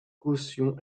caution